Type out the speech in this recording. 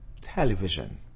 television